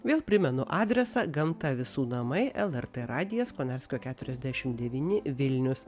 vėl primenu adresą gamta visų namai lrt radijas konarskio keturiasdešim devyni vilnius